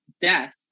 death